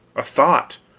a thought,